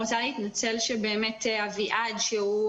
אני רוצה להתנצל שאביעד שוורץ,